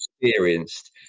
experienced